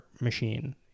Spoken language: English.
machine